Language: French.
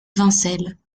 vincelles